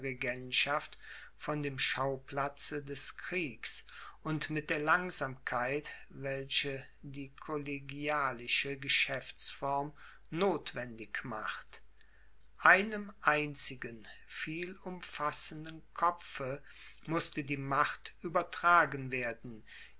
von dem schauplatze des kriegs und mit der langsamkeit welche die collegialische geschäftsform nothwendig macht einem einzigen vielumfassenden kopfe mußte die macht übertragen werden